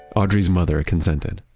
audrey's mother consented.